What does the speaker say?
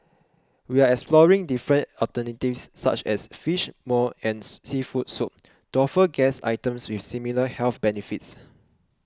we are exploring different alternatives such as Fish Maw and seafood soup to offer guests items with similar health benefits